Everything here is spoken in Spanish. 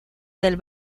del